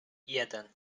jeden